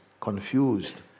confused